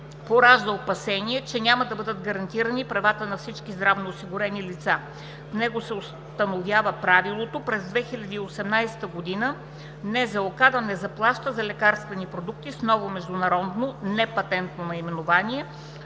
поражда опасения, че няма да бъдат гарантирани правата на всички здравноосигурени лица. (Шум и реплики.) С него се установява правилото през 2018 г. НЗОК да не заплаща за лекарствени продукти с ново международно непатентно наименование,